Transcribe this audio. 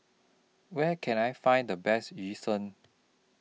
Where Can I Find The Best Yu Seng